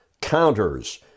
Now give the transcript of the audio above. counters